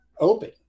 Open